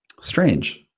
Strange